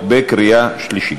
בקריאה שלישית.